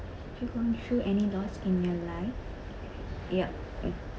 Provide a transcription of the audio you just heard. have you gone through any loss in your life yup